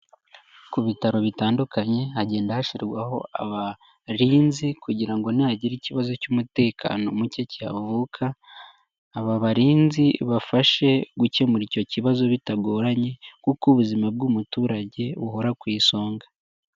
Ku bitaro bitandukanye hagenda hashyirwaho abarinzi kugira ngo nihagira ikibazo cy'umutekano muke cyavuka aba barinzi bafashe gukemura icyo kibazo bitagoranye, kuko ubuzima bw'umuturage buhora ku isonga.